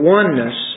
oneness